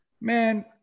Man